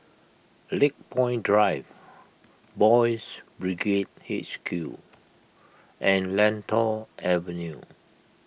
Lakepoint Drive Boys' Brigade H Q and Lentor Avenue